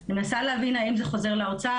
אני מנסה להבין אם זה חוזר לאוצר,